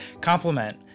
compliment